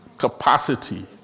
capacity